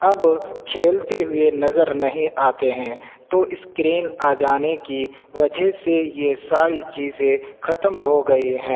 اب کھیلتے ہوئے نظر نہیں آتے ہیں تو اسکرین آ جانے کی وجہ سے یہ ساری چیزیں ختم ہو گئی ہیں